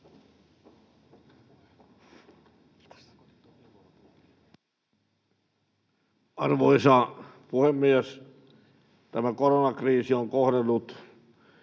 Arvoisa puhemies! Koronakriisi on kohdellut